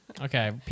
Okay